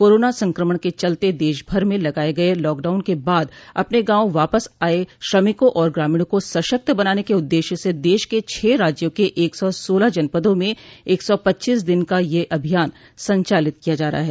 corona संक्रमण के चलते देशभर में लगाये गये लॉकडाउन के बाद अपने गांव वापस आये श्रमिकों और ग्रामीणों को सशक्त बनाने के उददेश्य से देश के छह राज्यों के एक सौ सोलह जनपदों में एक सौ पच्चीस दिन का यह अभियान संचालित किया जा रहा है